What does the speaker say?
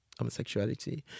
homosexuality